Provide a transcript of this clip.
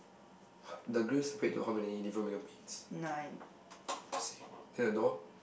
the grill seperate to how many different window panes same then the door